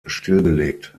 stillgelegt